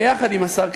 ביחד עם השר,